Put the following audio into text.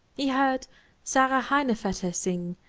he heard sarah heinefetter sing,